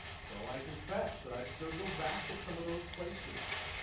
so i confess that i still go back to some of those places